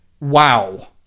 wow